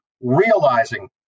realizing